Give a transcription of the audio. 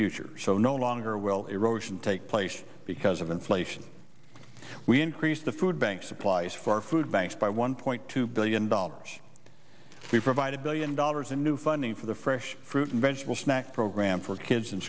future so no longer will erosion take place because of inflation we increase the food bank supplies for food banks by one point two billion dollars we provide a billion dollars in new funding for the fresh fruit and vegetable snack program for kids in